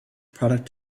product